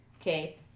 okay